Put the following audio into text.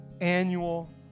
annual